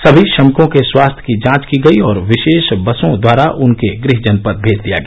समी श्रमिकों के स्वास्थ्य की जांच की गयी और विशेष बसों द्वारा उनके गृह जनपद भेज दिया गया